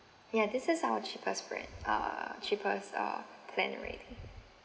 ya this is our cheapest brand uh cheapest uh plan already